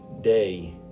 day